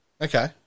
Okay